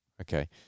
okay